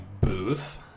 booth